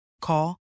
Call